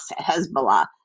Hezbollah